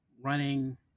running